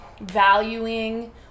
valuing